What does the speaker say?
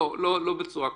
לא בצורה כזאת.